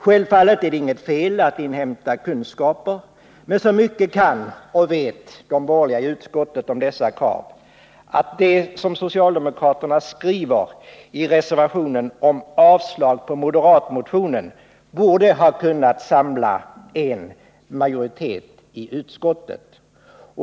Självfallet är det inget fel i att inhämta kunskaper, men så mycket kan och vet de borgerliga i utskottet om dessa krav, att det som socialdemokraterna skriver i reservationen om avslag på moderatmotionen borde ha kunnat samla en majoritet i utskottet.